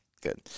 good